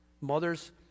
Mothers